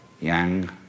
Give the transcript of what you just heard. yang